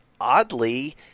oddly